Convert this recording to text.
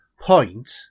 point